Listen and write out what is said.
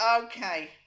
Okay